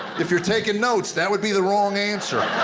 if you're taking notes, that would be the wrong answer.